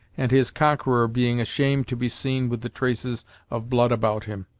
and his conqueror being ashamed to be seen with the traces of blood about him,